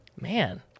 Man